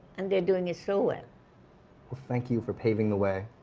and they're doing it so well thank you for paving the way.